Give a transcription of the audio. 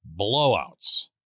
blowouts